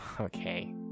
okay